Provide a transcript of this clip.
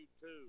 two